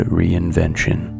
reinvention